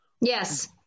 Yes